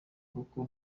kuko